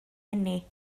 eni